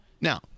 Now